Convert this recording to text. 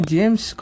James